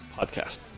podcast